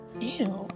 Ew